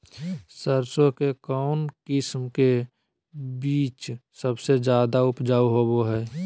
सरसों के कौन किस्म के बीच सबसे ज्यादा उपजाऊ होबो हय?